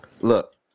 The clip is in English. Look